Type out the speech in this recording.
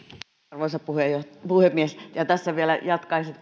arvoisa puhemies tässä vielä jatkaisin